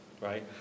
right